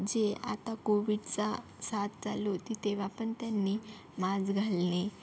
जे आता कोविडचा साथ चालू होती तेव्हा पण त्यांनी माज घालणे